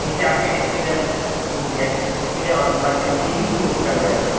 جس سے آپ کی ڈسپلے ٹوٹ گیا ہے ڈسپلے اور موبائل کا اسکرین ہی ٹوٹ چکا ہے گویا کہ